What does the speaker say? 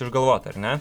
išgalvota ar ne